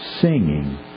singing